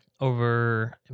over